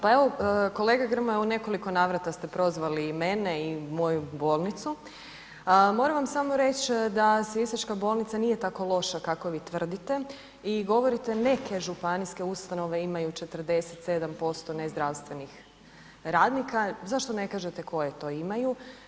Pa evo kolega Grmoja u nekoliko navrata ste prozvali i mene i moju bolnicu, moram vam samo reći da sisačka bolnica nije tako loša kako vi tvrdite i govorite neke županijske ustanove imaju 47% nezdravstvenih radnika, zašto ne kažete koje to imaju.